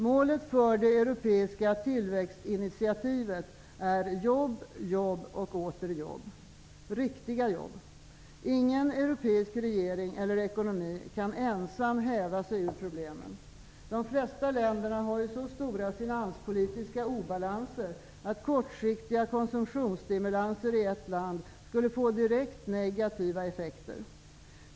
Målet för det europeiska tillväxtinitiativet är jobb, jobb och åter jobb -- riktiga jobb. Ingen europeisk regering eller ekonomi kan ensam häva sig ur problemen. De flesta länder har så stora finanspolitiska obalanser att kortsiktiga konsumtionsstimulanser i ett land skulle få direkt negativa effekter.